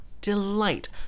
Delight